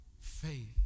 faith